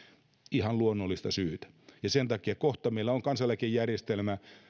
ihan luonnollista syytä ja sen takia kohta meillä kansaneläkejärjestelmä